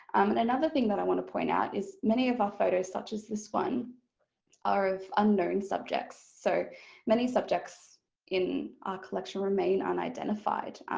and another thing that i want to point out is many of our photos such as this one are of unknown subjects so many subjects in our collection remain unidentified.